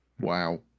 Wow